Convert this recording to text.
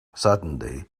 suddenly